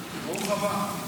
ברוך הבא.